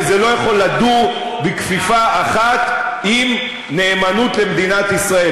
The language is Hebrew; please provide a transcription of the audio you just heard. וזה לא יכול לדור בכפיפה אחת עם נאמנות למדינת ישראל.